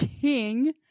king